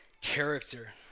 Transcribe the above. character